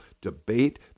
debate